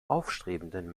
aufstrebenden